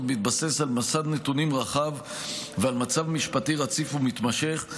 בהתבסס על מסד נתונים רחב ועל מצב משפטי רציף ומתמשך,